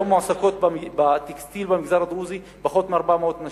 היום מועסקות בטקסטיל במגזר הדרוזי פחות מ-400 נשים.